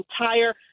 entire